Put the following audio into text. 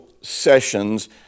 sessions